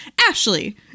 Ashley